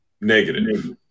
negative